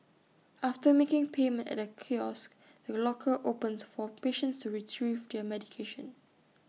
after making payment at A kiosk the locker opens for patients to Retrieve their medication